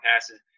passes